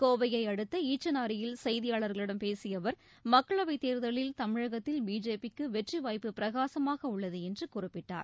கோவையை அடுத்த ஈச்சனாரியில் செய்தியாளர்களிடம் பேசிய அவர் மக்களவைத் தேர்தலில் தமிழகத்தில் பிஜேபிக்கு வெற்றி வாய்ப்பு பிரகாசமாக உள்ளது என்று குறிப்பிட்டார்